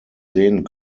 sehen